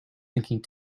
thinking